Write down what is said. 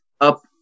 up